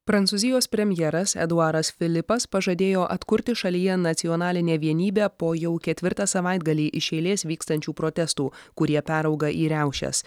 prancūzijos premjeras eduaras filipas pažadėjo atkurti šalyje nacionalinę vienybę po jau ketvirtą savaitgalį iš eilės vykstančių protestų kurie perauga į riaušes